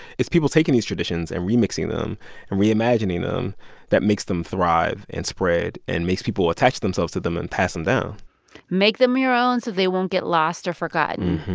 it's people taking these traditions and remixing them and reimagining them that makes them thrive and spread and makes people attach themselves to them and pass them down make them your own so they won't get lost or forgotten.